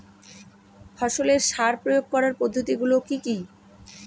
ফসলের সার প্রয়োগ করার পদ্ধতি গুলো কি কি?